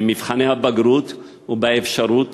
במבחני הבגרות ובאפשרות